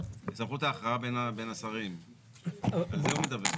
סמכות ההכרעה בין השרים, על זה הוא מדבר.